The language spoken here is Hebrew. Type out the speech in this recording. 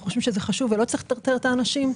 חושבים שזה חשוב ולא צריך לטרטר את האנשים.